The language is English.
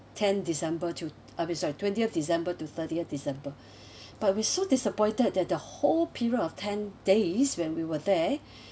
tenth december to I mean sorry twentieth december to thirtieth december but we so disappointed that the whole period of ten days when we were there